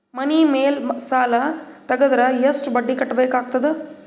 ಮನಿ ಮೇಲ್ ಸಾಲ ತೆಗೆದರ ಎಷ್ಟ ಬಡ್ಡಿ ಕಟ್ಟಬೇಕಾಗತದ?